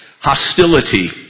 hostility